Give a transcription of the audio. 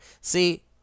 See